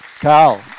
Carl